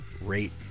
rate